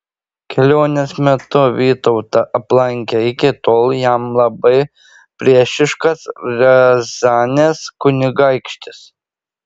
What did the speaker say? kelionės metu vytautą aplankė iki tol jam labai priešiškas riazanės kunigaikštis